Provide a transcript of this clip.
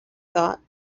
thought